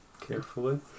Carefully